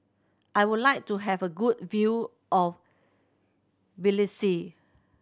I would like to have a good view of Tbilisi